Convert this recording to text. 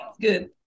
Good